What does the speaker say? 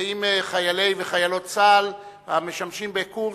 עם חיילי וחיילות צה"ל המשמשים בקורס,